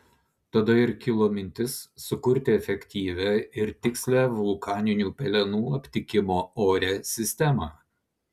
tada ir kilo mintis sukurti efektyvią ir tikslią vulkaninių pelenų aptikimo ore sistemą